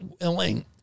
willing